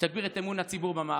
תגביר את אמון הציבור במערכת.